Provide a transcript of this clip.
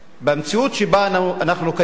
במציאות שבה אנחנו קיימים